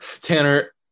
Tanner